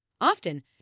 Often